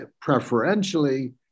preferentially